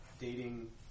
dating